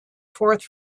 forth